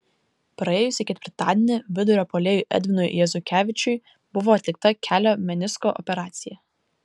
praėjusį ketvirtadienį vidurio puolėjui edvinui jezukevičiui buvo atlikta kelio menisko operacija